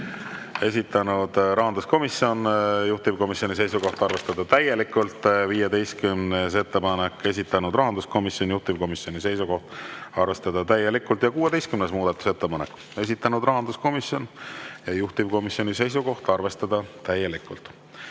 esitanud rahanduskomisjon, juhtivkomisjoni seisukoht on arvestada täielikult. 15. ettepanek, esitanud rahanduskomisjon, juhtivkomisjoni seisukoht on arvestada täielikult. 16. muudatusettepanek, esitanud rahanduskomisjon ja juhtivkomisjoni seisukoht on arvestada täielikult.